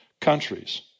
countries